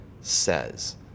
says